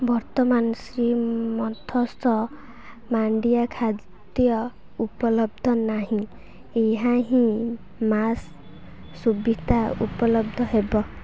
ବର୍ତ୍ତମାନ ଶ୍ରୀ ମଥସ୍ଥ ମାଣ୍ଡିଆ ଖାଦ୍ୟ ଉପଲବ୍ଧ ନାହିଁ ଏହା ହିଁ ମାସ ସୁବିଧା ଉପଲବ୍ଧ ହେବ